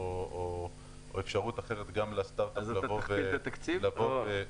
אפשרות אחרת גם לסטארט-אפ לבוא ולהגדיל.